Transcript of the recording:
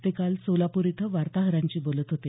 ते काल सोलापूर इथं वार्ताहरांशी बोलत होते